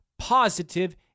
Positive